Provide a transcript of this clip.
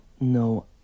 No